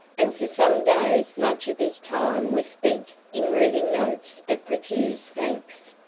and for some days much of his time was spent in reading notes of profuse thanks,